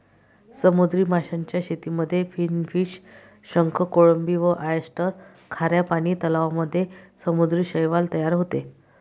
समुद्री माशांच्या शेतीमध्ये फिनफिश, शंख, कोळंबी व ऑयस्टर, खाऱ्या पानी तलावांमध्ये समुद्री शैवाल तयार होते